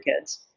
kids